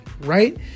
right